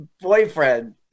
boyfriend